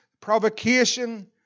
provocation